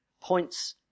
points